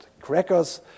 crackers